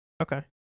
Okay